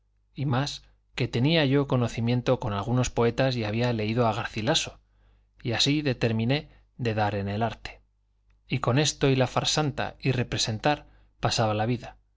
y más que tenía yo conocimiento con algunos poetas y había leído a garcilaso y así determiné de dar en el arte y con esto y la farsanta y representar pasaba la vida